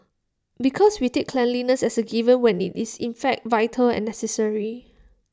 because we take cleanliness as A given when IT is in fact vital and necessary